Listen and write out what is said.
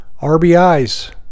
RBIs